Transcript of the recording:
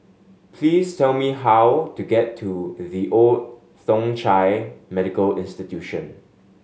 please tell me how to get to The Old Thong Chai Medical Institution